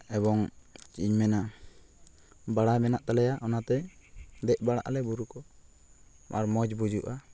ᱮᱵᱚᱝ ᱪᱮᱫ ᱤᱧ ᱢᱮᱱᱟ ᱵᱟᱲᱟᱭ ᱢᱮᱱᱟᱜ ᱛᱟᱞᱮᱭᱟ ᱚᱱᱟᱛᱮ ᱫᱮᱡ ᱵᱟᱲᱟᱜ ᱟᱞᱮ ᱵᱩᱨᱩᱠᱚ ᱟᱨ ᱢᱚᱡᱽ ᱵᱩᱡᱩᱜᱼᱟ